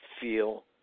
feel